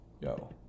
Yo